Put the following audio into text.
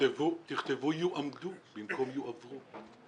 תכתבו "יועמדו" במקום "יועברו".